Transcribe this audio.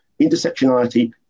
Intersectionality